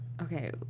Okay